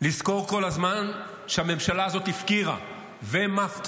לזכור כל הזמן שהממשלה הזאת הפקירה ומפקירה